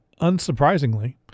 unsurprisingly